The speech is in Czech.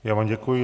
Já vám děkuji.